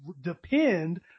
depend